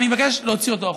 אני מבקש להוציא אותו החוצה.